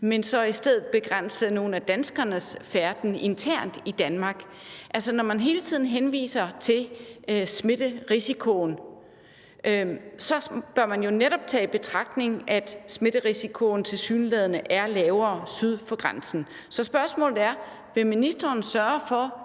og så i stedet begrænse nogle af danskernes færden internt i Danmark? Altså, når man hele tiden henviser til smitterisikoen, bør man jo netop tage i betragtning, at smitterisikoen tilsyneladende er lavere syd for grænsen. Så spørgsmålet er: Vil ministeren sørge for,